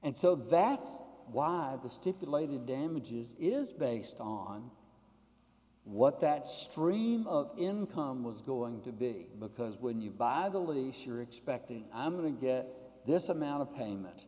and so that's why the stipulated damages is based on what that stream of income was going to be because when you buy the lease you're expecting i'm going to get this amount of payment